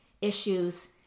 issues